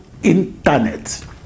internet